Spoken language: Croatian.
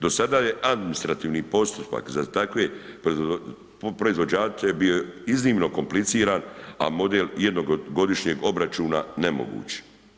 Do sada je administrativni postupak za takve proizvođače bio iznimno kompliciran, a model jednogodišnjeg obračuna, nemoguć.